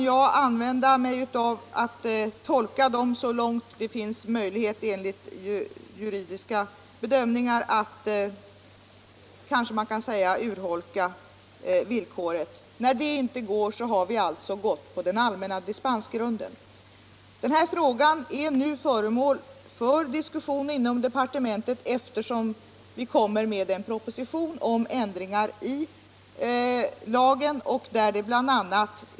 Jag kan så långt det är möjligt enligt juridiska bedömningar försöka ”urholka” det här villkoret. När det inte har lyckats, har vi gått på den allmänna dispensgrunden. Denna fråga är nu föremål för diskussion inom departementet, och vi kommer att framlägga en proposition om ändringar i lagen.